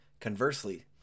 Conversely